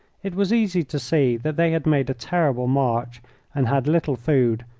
it was easy to see that they had made a terrible march and had little food,